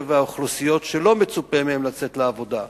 האוכלוסיות שלא מצופה מהן לצאת לעבודה,